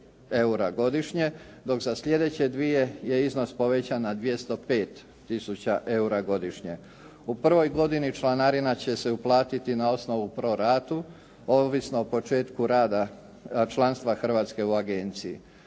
godišnje, dok za slijedeće dvije je iznos povećan na 205 tisuća eura godišnje. U prvoj godini članarina će se uplatiti na osnovu …/Govornik se ne razumije./… ovisno o početku rada članstva Hrvatske u agenciji.